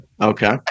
okay